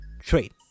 trade